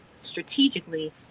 strategically